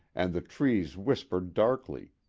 and the trees whispered darkly,